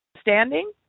standing